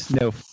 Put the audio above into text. no